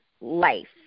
life